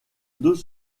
deux